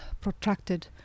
protracted